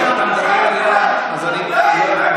אם אתה מדבר אליו אז אני לא אפריע,